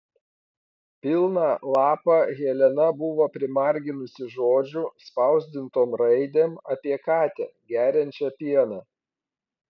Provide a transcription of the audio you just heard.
pilną lapą helena buvo primarginusi žodžių spausdintom raidėm apie katę geriančią pieną